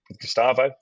Gustavo